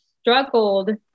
struggled